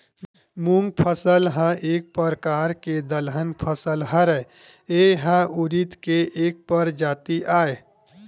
मूंग फसल ह एक परकार के दलहन फसल हरय, ए ह उरिद के एक परजाति आय